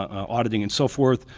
auditing and so forth.